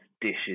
Dishes